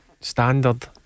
standard